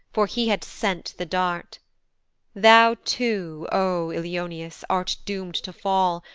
for he had sent the dart thou too, o ilioneus, art doom'd to fall,